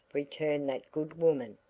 returned that good woman,